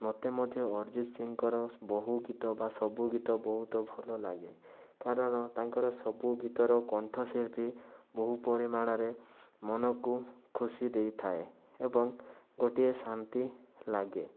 ମୋତେ ମଧ୍ୟ ଅରିଜିତ୍ସିଂଙ୍କର ବହୁ ଗୀତ ବା ସବୁ ଗୀତ ବହୁତ ଭଲ ଲାଗେ କାରଣ ତାଙ୍କର ସବୁ ଗୀତର କଣ୍ଠଶିଳ୍ପୀ ବହୁ ପରିମାଣରେ ମନକୁ ଖୁସି ଦେଇଥାଏ ଏବଂ ଗୋଟିଏ ଶାନ୍ତି ଲାଗେ